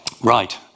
Right